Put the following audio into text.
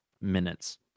minutes